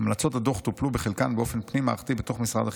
"המלצות הדוח טופלו בחלקן באופן פנים-מערכתי בתוך משרד החינוך.